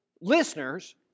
listeners